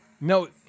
No